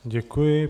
Děkuji.